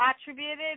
attributed